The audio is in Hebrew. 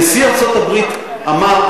נשיא ארצות-הברית אמר,